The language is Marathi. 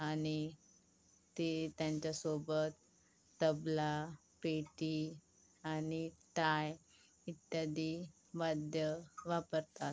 आनि ते त्यांच्यासोबत तबला पेटी आनि टाळ इत्यादी वाद्य वापरतात